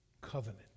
covenant